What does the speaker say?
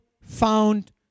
found